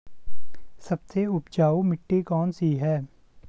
सबसे उपजाऊ मिट्टी कौन सी है?